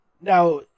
now